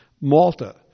Malta